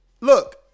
look